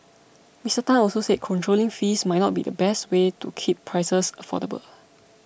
Mister Tan also said controlling fees might not be the best way to keep prices affordable